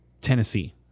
Tennessee